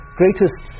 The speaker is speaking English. greatest